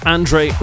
Andre